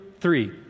three